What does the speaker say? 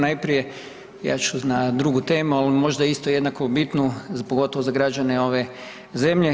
Najprije, ja ću na drugu temu, ali možda isto jednako bitnu, pogotovo za građane ove zemlje.